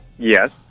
Yes